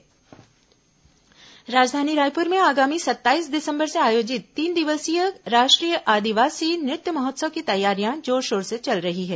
आदिवासी नृत्य महोत्सव राजधानी रायपुर में आगामी सत्ताईस दिसंबर से आयोजित तीन दिवसीय राष्ट्रीय आदिवासी नृत्य महोत्सव की तैयारियां जोर शोर से चल रही है